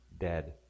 dead